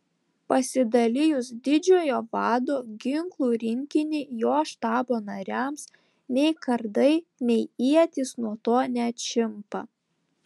pasidalijus didžiojo vado ginklų rinkinį jo štabo nariams nei kardai nei ietys nuo to neatšimpa